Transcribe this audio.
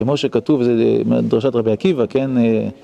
כמו שכתוב, זו דרשת רבי עקיבא, כן?